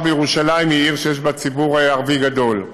מאחר שירושלים היא עיר שיש בה ציבור ערבי גדול,